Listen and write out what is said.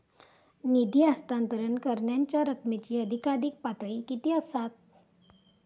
निधी हस्तांतरण करण्यांच्या रकमेची अधिकाधिक पातळी किती असात?